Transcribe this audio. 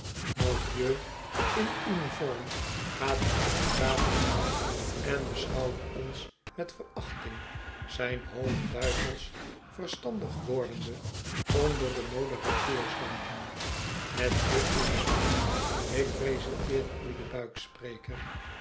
in uniform gaat achter een tafel staan en beschouwt ons met verachting zijn hoofd duivels veistandig wordende onder de moderateurlampen messieurs et mesdames ik presenteer u den